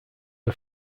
are